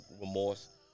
remorse